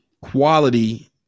quality